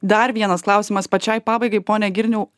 dar vienas klausimas pačiai pabaigai pone girniau